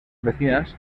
vecinas